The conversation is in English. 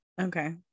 Okay